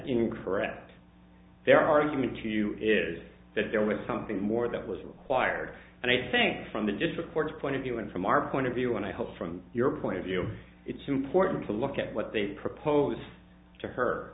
incorrect their argument to you is that there was something more that was required and i think from the district court's point of view and from our point of view and i hope from your point of view it's important to look at what they propose to her